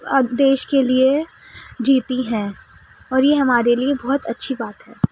اب دیش کے لیے جیتی ہیں اور یہ ہمارے لیے بہت اچھی بات ہے